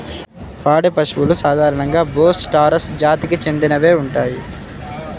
పాడి పశువులు సాధారణంగా బోస్ టారస్ జాతికి చెందినవే ఉంటాయి